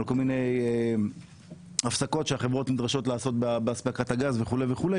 על כל מיני הפסקות שהחברות נדרשו לעשות באספקת הגז וכו',